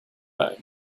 bag